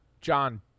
John